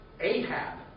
Ahab